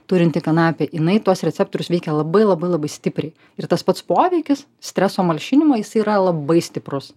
turinti kanapė jinai tuos receptorius veikia labai labai labai stipriai ir tas pats poveikis streso malšinimo jis yra labai stiprus